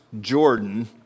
Jordan